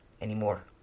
anymore